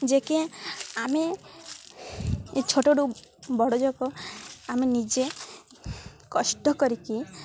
ଯେ ଆମେ ଏ ଛୋଟଠୁ ବଡ଼ଯାକ ଆମେ ନିଜେ କଷ୍ଟ କରିକି